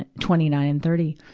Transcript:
and twenty nine and thirty,